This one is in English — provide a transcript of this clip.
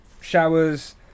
showers